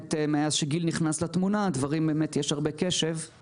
שמאז שגיל נכנס לתמונה, יש הרבה קשב,